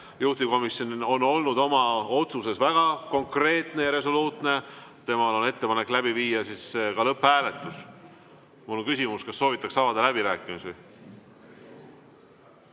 Juhtivkomisjon on olnud oma otsuses väga konkreetne ja resoluutne, temal on ettepanek viia läbi lõpphääletus. Mul on küsimus: kas soovitakse avada läbirääkimisi?